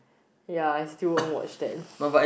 ya I still won't watch that